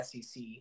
sec